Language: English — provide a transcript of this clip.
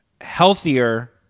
healthier